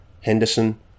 Henderson